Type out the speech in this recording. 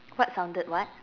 what sounded what